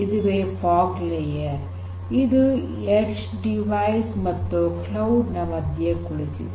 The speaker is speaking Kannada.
ಇದುವೇ ಫಾಗ್ ಲೇಯರ್ ಇದು ಎಡ್ಜ್ ಡಿವೈಸ್ ಮತ್ತು ಕ್ಲೌಡ್ ನ ಮಧ್ಯ ಕುಳಿತಿದೆ